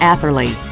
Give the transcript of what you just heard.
Atherley